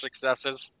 successes